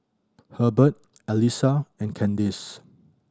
Herbert Elissa and Kandice